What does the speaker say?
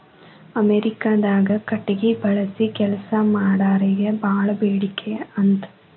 ಅಮೇರಿಕಾದಾಗ ಕಟಗಿ ಬಳಸಿ ಕೆಲಸಾ ಮಾಡಾರಿಗೆ ಬಾಳ ಬೇಡಿಕೆ ಅಂತ